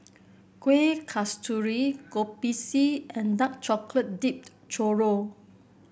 Kuih Kasturi Kopi C and Dark Chocolate Dipped Churro